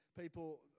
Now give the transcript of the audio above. people